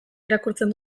irakurtzen